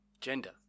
gender